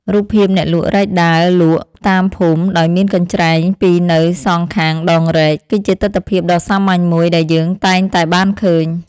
រូបភាពអ្នកលក់រែកដើរលក់តាមភូមិដោយមានកញ្ច្រែងពីរនៅសងខាងដងរែក គឺជាទិដ្ឋភាពដ៏សាមញ្ញមួយដែលយើងតែងតែបានឃើញ។